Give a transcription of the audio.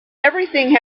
everyone